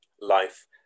life